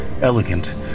elegant